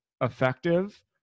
effective